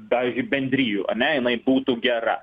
pavyzdžiui bendrijų ane jinai būtų gera